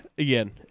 Again